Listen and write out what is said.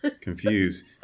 confused